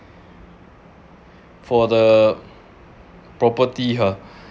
for the property !huh!